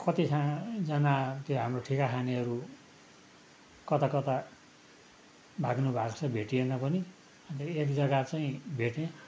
कति खा जना त्यो हाम्रो ठिका खानेहरू कताकता भाग्नु भएको रहेछ भेटिएन पनि अन्तखेरि एक जग्गा चाहिँ भेटेँ